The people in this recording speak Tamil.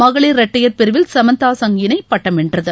மகளிர் இரட்டையர் பிரிவில் சமந்தா சங்க் இணை பட்டம் வென்றது